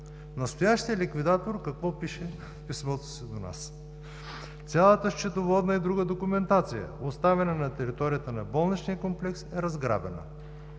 Настоящият ликвидатор какво пише в писмото си до нас? „Цялата счетоводна и друга документация, оставена на територията на болничния комплекс, е разграбена.